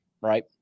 right